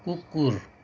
कुकुर